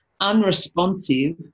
unresponsive